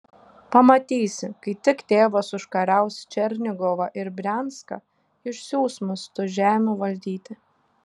pamatysi kai tik tėvas užkariaus černigovą ir brianską išsiųs mus tų žemių valdyti